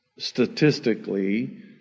Statistically